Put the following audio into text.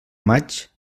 maig